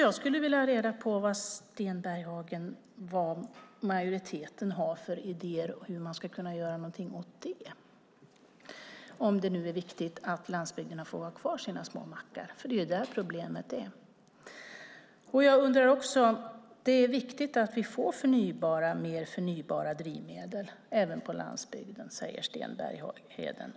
Jag skulle vilja ha reda på vad Sten Bergheden och majoriteten har för idéer om hur man ska kunna göra någonting åt det - om det nu är viktigt att landsbygden får ha kvar sina små mackar, för det är där problemet ligger. Det är viktigt att vi får mer förnybara drivmedel även på landsbygden, säger Sten Bergheden.